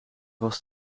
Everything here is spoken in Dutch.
was